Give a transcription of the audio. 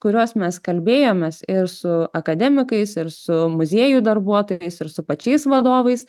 kuriuos mes kalbėjomės ir su akademikais ir su muziejų darbuotojais ir su pačiais vadovais